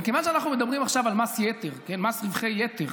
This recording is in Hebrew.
מכיוון שאנחנו מדברים עכשיו על מס רווחי יתר,